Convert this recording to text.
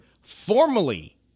formally